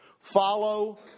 Follow